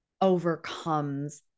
overcomes